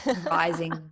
rising